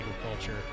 agriculture